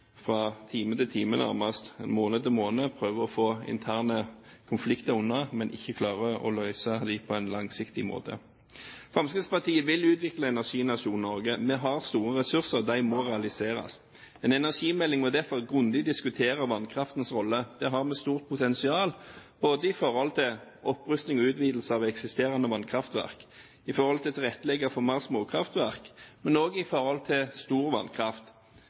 fra time etter time, måned etter måned prøver å få interne konflikter unna, men ikke klarer å løse dem på en langsiktig måte. Fremskrittspartiet vil utvikle energinasjonen Norge. Vi har store ressurser. De må realiseres. En energimelding må derfor grundig diskutere vannkraftens rolle. Der har vi et stort potensial ikke bare i forhold til opprusting og utvidelse av eksisterende vannkraft, i forhold til å tilrettelegge for flere småkraftverk, men også i forhold til stor vannkraft,